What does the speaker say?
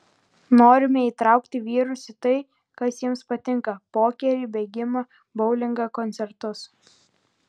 norime įtraukti vyrus į tai kas jiems patinka pokerį bėgimą boulingą koncertus